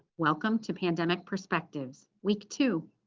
welcome to pandemic perspectives, week two.